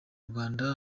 rwanda